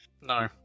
no